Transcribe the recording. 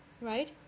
Right